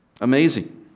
Amazing